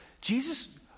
Jesus